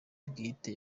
bwite